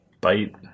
bite